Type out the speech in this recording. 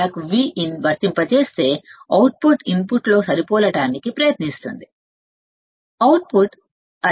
ఈ సందర్భంలో మనం Vin ని వర్తింపజేస్తే అవుట్పుట్ ఇన్పుట్ తో సరిపోలడానికి ప్రయత్నిస్తుంది అవుట్పుట్ Vin